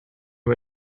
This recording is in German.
bei